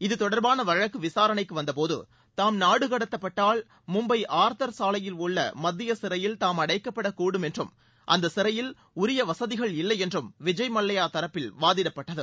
இதுதொடர்பாள வழக்கு விசாரணைக்கு வந்தபோது தாம் நாடு கடத்தப்பட்டால் மும்பை ஆர்தர் சாலையில் உள்ள மத்திய சிறையில் தாம் அடைக்கப்படக்கூடும் என்றும் அந்த சிறையில் உரிய வசதிகள் இல்லை என்றும் விஜய் மல்லையா தரப்பில் வாதிடப்பட்டது